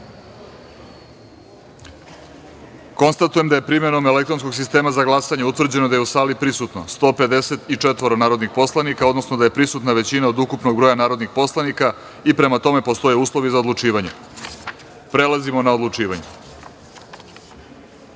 glasanje. Konstatujem da je primeno elektronskog sistema za glasanje utvrđeno da je u sali prisutno 154 narodna poslanika, odnosno da je prisutna većina od ukupnog broja narodnih poslanika i prema tome postoje uslovi za odlučivanje. Prelazimo na odlučivanje. Pre